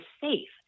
safe